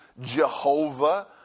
Jehovah